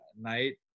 night